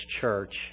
church